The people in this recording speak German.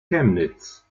chemnitz